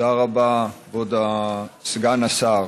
תודה רבה, כבוד סגן השר.